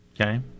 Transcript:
Okay